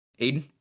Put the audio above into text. aiden